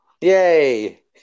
Yay